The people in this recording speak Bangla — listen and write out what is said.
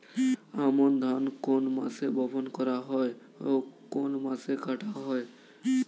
আমন ধান কোন মাসে বপন করা হয় ও কোন মাসে কাটা হয়?